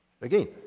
Again